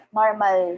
normal